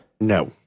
No